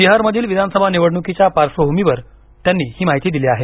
बिहारमधील विधानसभा निवडणुकीच्या पार्श्वभूमीवर त्यांनी ही माहिती दिली आहे